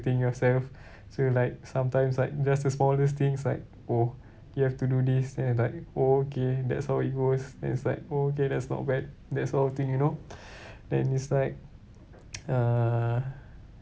thing yourself so you're like sometimes like just the smallest things like oh you have to do this then you're like oh okay that's how it goes then it's like oh okay that's not bad that's sort of thing you know then it's like uh